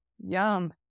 yum